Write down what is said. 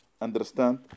understand